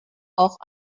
auch